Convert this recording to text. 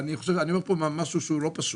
אני אומר פה משהו שהוא לא פשוט,